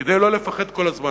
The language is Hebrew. כדי לא לפחד כל הזמן.